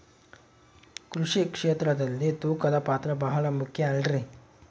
ಕೃಷಿ ಕ್ಷೇತ್ರದಲ್ಲಿ ತೂಕದ ಪಾತ್ರ ಬಹಳ ಮುಖ್ಯ ಅಲ್ರಿ?